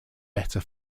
better